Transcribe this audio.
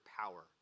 power